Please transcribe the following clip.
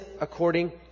according